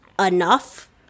enough